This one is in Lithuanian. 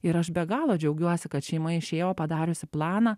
ir aš be galo džiaugiuosi kad šeima išėjo padariusi planą